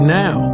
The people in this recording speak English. now